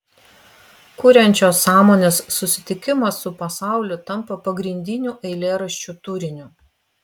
kuriančios sąmonės susitikimas su pasauliu tampa pagrindiniu eilėraščių turiniu